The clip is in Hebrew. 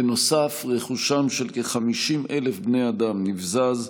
בנוסף, רכושם של כ-50,000 בני אדם נבזז.